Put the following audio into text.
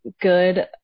good